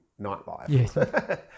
nightlife